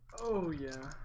oh yeah